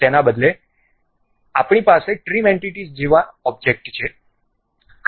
તેના બદલે આપણી પાસે ટ્રીમ એન્ટિટીઝ જેવી ઑબ્જેક્ટ છે